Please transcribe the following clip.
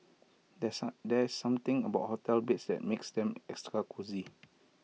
there's some there's something about hotel beds that makes them extra cosy